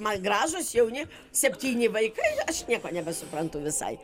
man gražūs jauni septyni vaikai aš nieko nebesuprantu visai